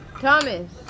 Thomas